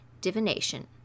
divination